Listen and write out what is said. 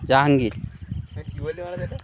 জাহাঙ্গীর হ্যাঁ কী বললে বল তো এটা